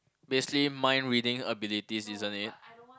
basically mind reading abilities isn't it